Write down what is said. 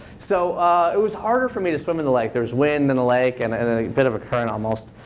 so it was harder for me to swim in the lake. there was wind in the lake and and a bit of a current almost.